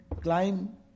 climb